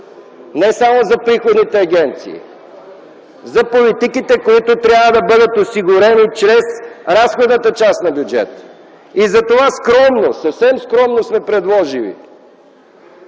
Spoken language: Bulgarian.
не само за приходните агенции, а за политиките, които трябва да бъдат осигурени чрез разходната част на бюджета. Затова скромно, съвсем скромно сме предложили